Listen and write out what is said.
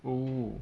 oh